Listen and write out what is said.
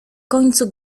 końcu